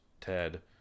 ted